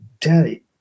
Daddy